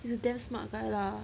he is damn smart guy lah